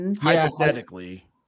Hypothetically